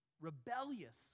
rebellious